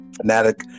fanatic